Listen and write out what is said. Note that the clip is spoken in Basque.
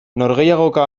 norgehiagoka